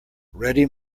ready